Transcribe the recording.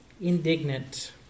indignant